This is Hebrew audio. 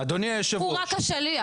הוא רק השליח.